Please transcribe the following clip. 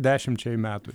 dešimčiai metų